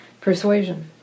persuasion